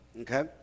Okay